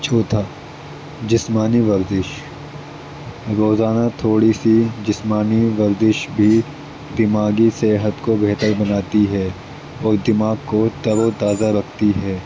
چھوتھا جسمانی ورزش روزانہ تھوڑی سی جسمانی ورزش بھی دماغی صحت کو بہتر بناتی ہے اور دماغ کو تر و تازہ رکھتی ہے